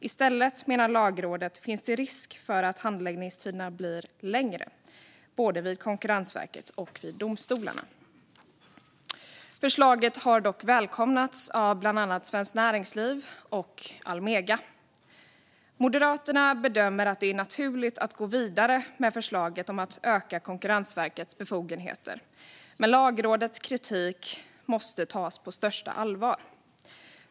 I stället, menar Lagrådet, finns det risk för att handläggningstiderna blir längre, både vid Konkurrensverket och vid domstolarna. Förslaget har dock välkomnats av bland annat Svenskt Näringsliv och Almega. Moderaterna bedömer att det är naturligt att gå vidare med förslaget om att öka Konkurrensverkets befogenheter men att Lagrådets kritik måste tas på största allvar.